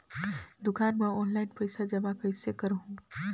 दुकान म ऑनलाइन पइसा जमा कइसे करहु?